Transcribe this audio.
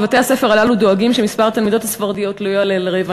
בבתי-הספר הללו דואגים ששיעור התלמידות הספרדיות לא יעלה על רבע.